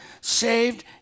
saved